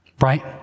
right